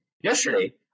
Yesterday